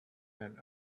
and